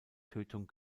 tötung